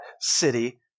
city